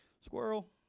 Squirrel